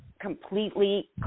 completely